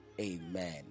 Amen